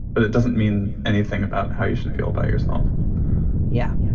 but it doesn't mean anything about how you should feel about yourself yeah.